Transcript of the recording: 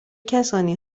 کسانی